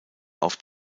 auf